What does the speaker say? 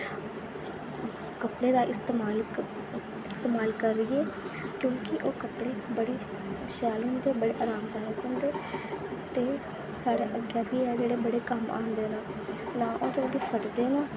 कपड़े दा इस्तेमाल इस्तेमाल करियै क्योंकि ओह् बड़े बड़े शैल होंदे बड़े आरामदायक होंदे ते साढ़े अग्गें बी हैन जेह्ड़े बडे कम्म आंदे न नां ते ओह् फटदे न